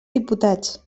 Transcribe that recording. diputats